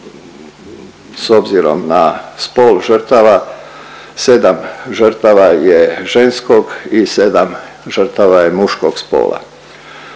s obzirom na spol žrtava, 7 žrtava je ženskog i 7 žrtava je muškog spola.